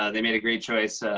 ah they made a great choice